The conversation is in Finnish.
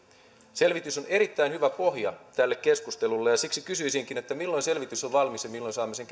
selvitys on erittäin hyvä pohja tälle keskustelulle ja siksi kysyisinkin milloin selvitys on valmis ja milloin saamme sen